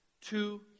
two